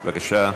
בבקשה.